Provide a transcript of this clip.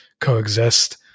coexist